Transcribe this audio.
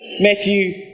Matthew